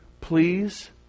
please